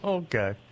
okay